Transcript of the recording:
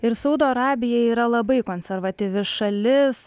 ir saudo arabija yra labai konservatyvi šalis